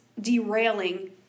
derailing